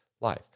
life